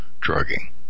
drugging